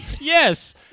yes